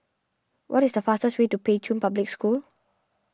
what is the fastest way to Pei Chun Public School